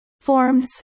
Forms